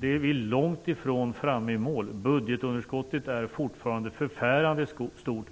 Vi är långt från målet. Budgetunderskottet är fortfarande förfärande stort, och